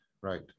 right